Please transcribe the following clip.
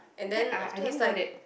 that I I didn't know that